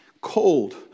cold